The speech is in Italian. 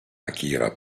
akira